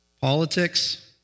Politics